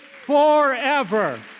forever